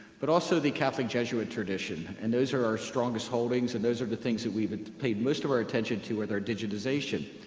but also the catholic jesuit tradition. and those are our strongest holdings, and those are the things that we've paid most of our attention to are the digitization.